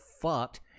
fucked